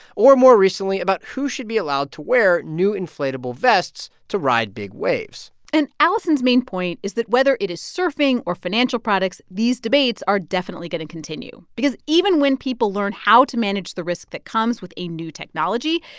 or more recently about who should be allowed to wear new inflatable vests to ride big waves and allison's main point is that whether it is surfing or financial products, these debates are definitely going to continue because even when people learn how to manage the risk that comes with a new technology,